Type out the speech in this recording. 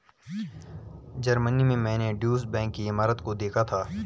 Germany में मैंने Deutsche bank की इमारत को देखा था